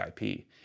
IP